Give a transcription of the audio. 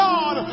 God